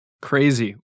Crazy